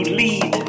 lead